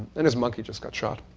and his monkey just got shot.